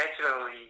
naturally